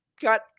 got